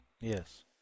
yes